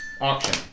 Auction